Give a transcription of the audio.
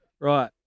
Right